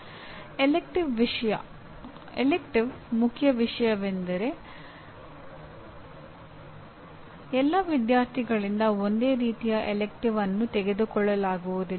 ಆರಿಸಿದ ಪಠ್ಯಕ್ರಮದ ಮುಖ್ಯ ವಿಷಯವೆಂದರೆ ಎಲ್ಲಾ ವಿದ್ಯಾರ್ಥಿಗಳಿಂದ ಒಂದೇ ರೀತಿಯ ಆರಿಸಿದ ಪಠ್ಯಕ್ರಮವನ್ನು ತೆಗೆದುಕೊಳ್ಳಲಾಗುವುದಿಲ್ಲ